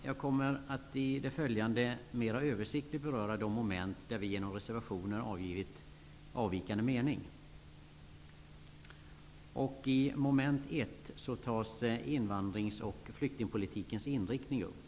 Jag kommer nu mer översiktligt att beröra de moment där Ny demokrati genom reservationer avgivit avvikande meningar. I mom. 1 tas invandrings och flyktingpolitikens inriktning upp.